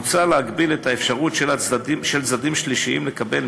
מוצע להגביל את האפשרות של צדדים שלישיים לקבל